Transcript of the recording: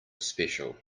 special